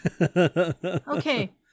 okay